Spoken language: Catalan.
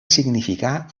significar